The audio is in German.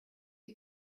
die